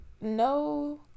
no